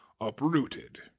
uprooted